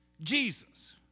Jesus